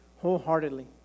wholeheartedly